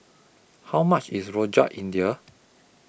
How much IS Rojak India